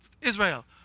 Israel